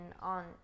on